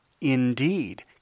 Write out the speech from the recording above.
indeed